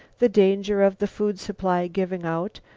the danger of the food supply giving out,